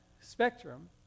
spectrum